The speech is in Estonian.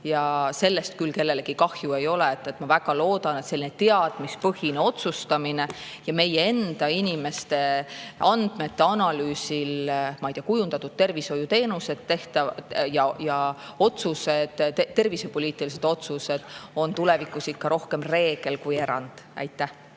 ja sellest küll kellelgi kahju ei ole. Ma väga loodan, et selline teadmispõhine otsustamine ja meie enda inimeste andmete analüüsi põhjal kujundatud tervishoiuteenused, tehtavad otsused, tervisepoliitilised otsused on tulevikus ikka rohkem reegel kui erand. Tanel